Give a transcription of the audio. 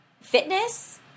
fitness